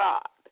God